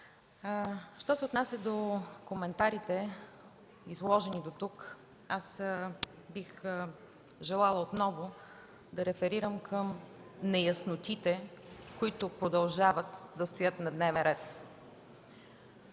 Що се отнася до коментарите, изложени дотук, бих желала отново да реферирам към неяснотите, които продължават да стоят на дневен ред.